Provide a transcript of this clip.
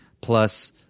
plus